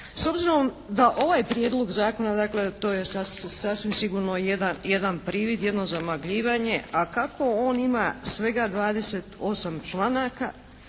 S obzirom da ovaj Prijedlog zakona, dakle to je sasvim sigurno jedan privid, jedno zamagljivanje, a kako on ima svega 28 članaka